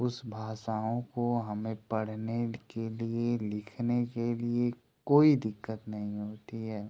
उस भाषाओं को हमें पढ़ने के लिए लिखने के लिए कोई दिक्कत नहीं होती है